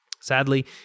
Sadly